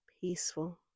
peaceful